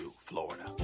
Florida